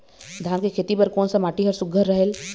धान के खेती बर कोन सा माटी हर सुघ्घर रहेल?